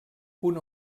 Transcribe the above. una